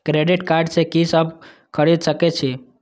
Credit card से की सब खरीद सकें छी?